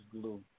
Glue